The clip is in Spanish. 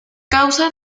causa